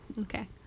Okay